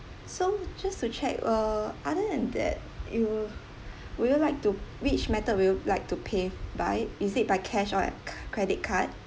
so just to check uh other than that you would you like to which method will you like to pay by is it by cash or credit card